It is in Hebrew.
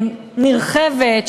נרחבת,